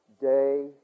day